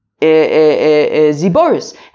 Ziboris